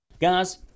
guys